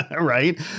right